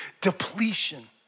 Depletion